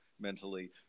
mentally